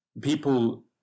people